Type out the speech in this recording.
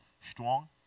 Strong